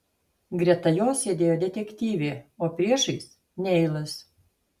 greta jo sėdėjo detektyvė o priešais neilas